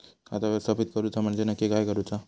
खाता व्यवस्थापित करूचा म्हणजे नक्की काय करूचा?